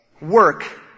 work